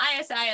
ISI